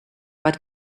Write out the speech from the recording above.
but